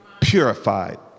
purified